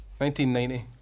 1990